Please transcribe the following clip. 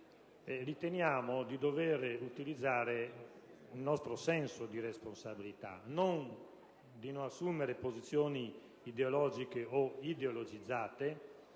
riteniamo di dover utilizzare il nostro senso di responsabilità, senza assumere posizioni ideologiche o ideologizzate.